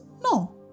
No